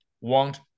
want